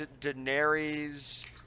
Daenerys